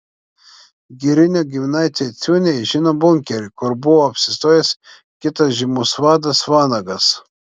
girinio giminaičiai ciuniai žino bunkerį kur buvo apsistojęs kitas žymus vadas vanagas